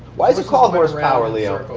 why is it called horsepower, leo?